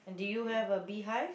and do you have a beehive